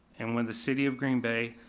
and when the city of green bay,